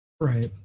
Right